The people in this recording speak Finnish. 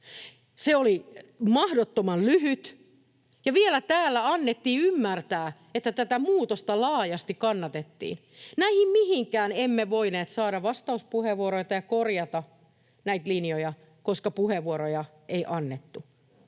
Se oli mahdottoman lyhyt, ja vielä täällä annettiin ymmärtää, että tätä muutosta laajasti kannatettiin. Näihin mihinkään emme voineet saada vastauspuheenvuoroja tai korjata näitä linjoja, koska puheenvuoroja ei annettu.